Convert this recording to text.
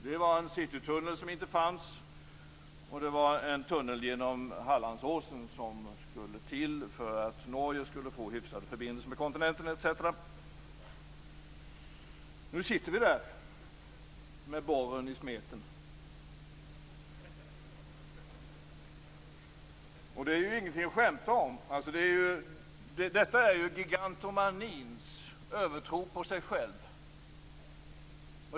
Det var en citytunnel, som inte fanns, och det var en tunnel genom Hallandsåsen, som skulle till för att Norge skulle få hyfsade förbindelser med kontinenten etc. Nu sitter vi där med borren i smeten. Det är ingenting att skämta om. Detta är gigantomanins övertro på sig själv.